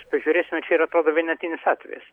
mes pažiūrėsime ar čia atrodo yra vienetinis atvejis